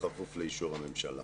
בכפוף לאישור הממשלה.